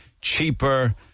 cheaper